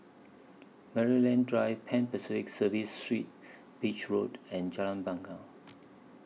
Maryland Drive Pan Pacific Serviced Suites Beach Road and Jalan Bungar